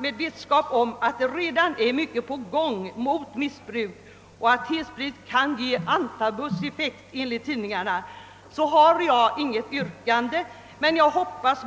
Med vetskap om att det redan är mycket på gång mot missbruk och att T-sprit enligt tidningarna kan ge antabuseffekt har jag inget yrkande, men jag hoppas